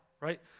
right